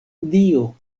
dio